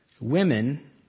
women